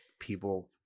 people